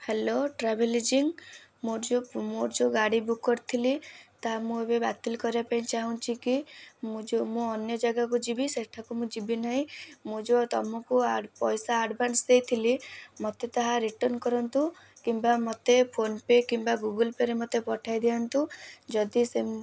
hello ଟ୍ରାଭେଲ୍ଜିମ୍ ମୋର ଯେଉଁ ମୋର ଯେଉଁ ଗାଡ଼ି ବୁକ୍ କରିଥିଲି ତାହା ମୁଁ ଏବେ ବାତିଲ୍ କରିବା ପାଇଁ ଚାହୁଁଛି କି ମୁଁ ଯେଉଁ ମୁଁ ଅନ୍ୟ ଜାଗାକୁ ଯିବି ସେଠାକୁ ମୁଁ ଯିବିନାହିଁ ମୁଁ ଯେଉଁ ତୁମକୁ ପଇସା ଆଡ଼୍ଭାନ୍ସ ଦେଇଥିଲି ମୋତେ ତାହା ରିଟର୍ନ କରନ୍ତୁ କିମ୍ବା ମୋତେ ଫୋନ୍ପେ' କିମ୍ବା ଗୁଗୁଲ୍ ପେ'ରେ ମୋତେ ପଠାଇଦିଅନ୍ତୁ ଯଦି ସେମି